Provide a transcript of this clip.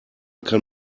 kann